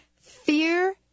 Fear